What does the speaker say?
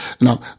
Now